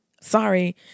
Sorry